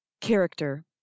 Character